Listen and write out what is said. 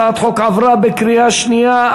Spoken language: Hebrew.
הצעת החוק עברה בקריאה שנייה.